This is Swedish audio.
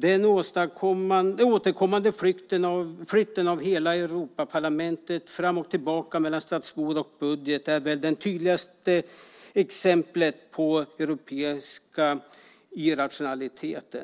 Den återkommande flytten av hela Europaparlamentet fram och tillbaka mellan Strasbourg och Bryssel är väl det tydligaste exemplet på europeisk irrationalitet.